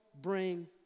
bring